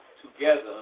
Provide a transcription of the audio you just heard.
Together